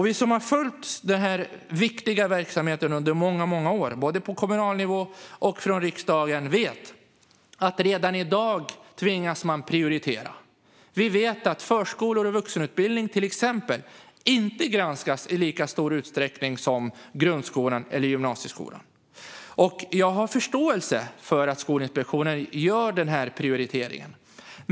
Vi som har följt den här viktiga verksamheten under många år, både på kommunal nivå och från riksdagen, vet att man redan i dag tvingas prioritera. Vi vet till exempel att förskolan och vuxenutbildningen inte granskas i lika stor utsträckning som grundskolan och gymnasieskolan. Jag har förståelse för att Skolinspektionen gör den prioriteringen.